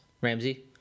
Ramsey